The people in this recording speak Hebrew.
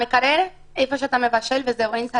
המקרר, איפה שאתה מבשל וזהו, אין סלון.